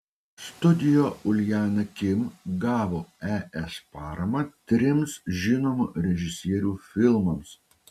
studio uljana kim gavo es paramą trims žinomų režisierių filmams